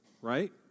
right